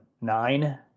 nine